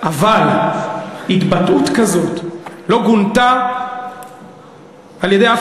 אבל ההתבטאות כזאת לא גונתה על-ידי אף